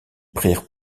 prirent